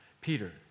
Peter